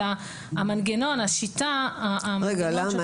רגע, למה?